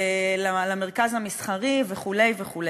למרכז המסחרי וכו'.